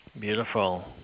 beautiful